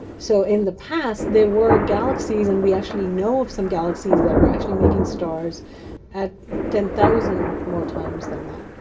so in the past there were galaxies and we actually know of some galaxies that were actually making stars at ten thousand more times than that.